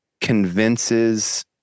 convinces